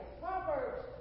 Proverbs